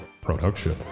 production